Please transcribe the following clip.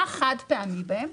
מה חד פעמי בהן?